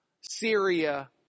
Syria